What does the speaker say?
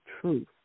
truth